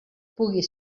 puga